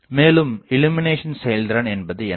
மேலும் இல்லுமினேஷன் செயல்திறன் என்பது என்ன